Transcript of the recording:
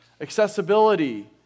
Accessibility